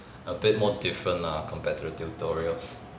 a bit more different lah compared to the tutorials